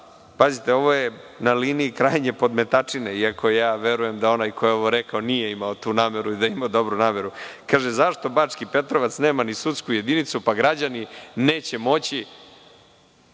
stvar. Ovo je na liniji krajnje podmetačine, iako ja verujem da onaj ko je ovo rekao nije imao tu nameru i da je imao dobru nameru. Kaže – zašto Bački Petrovac nema ni sudsku jedinicu, pa građani neće imati